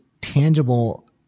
tangible